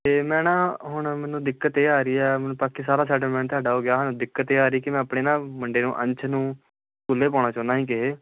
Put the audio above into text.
ਅਤੇ ਮੈਂ ਨਾ ਹੁਣ ਮੈਨੂੰ ਦਿੱਕਤ ਇਹ ਆ ਰਹੀ ਆ ਮੈਨੂੰ ਬਾਕੀ ਸਾਰਾ ਸੈਟਲਮੈਂਟ ਸਾਡਾ ਹੋ ਗਿਆ ਸਾਨੂੰ ਦਿੱਕਤ ਇਹ ਆ ਰਹੀ ਕਿ ਮੈਂ ਆਪਣੇ ਨਾ ਮੁੰਡੇ ਨੂੰ ਅੰਸ਼ ਨੂੰ ਸਕੂਲ ਪਾਉਣਾ ਚਾਹੁੰਦਾ ਸੀ ਕਿਸੇ